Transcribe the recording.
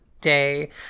day